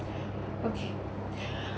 okay